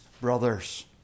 brothers